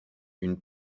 une